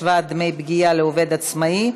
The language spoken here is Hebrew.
השוואת דמי פגיעה לעובד עצמאי),